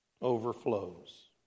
overflows